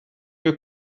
you